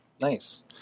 Nice